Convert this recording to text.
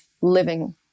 living